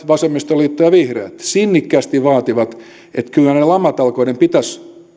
vasemmistoliitto ja vihreät sinnikkäästi vaati että kyllä niiden lamatalkoiden pitäisi